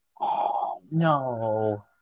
no